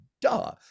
Duh